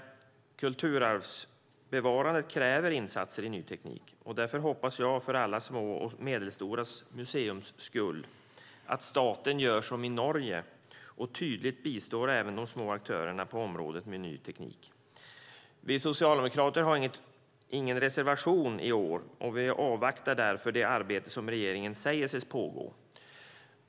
Kulturarvsbevarandet kräver insatser i ny teknik. Därför hoppas jag för alla små och medelstora museers skull att staten gör som i Norge och tydligt bistår även de små aktörerna på området med ny teknik. Vi socialdemokrater har ingen reservation i år. Vi avvaktar därför det arbete som regeringen säger pågår.